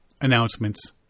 announcements